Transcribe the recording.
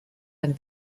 ein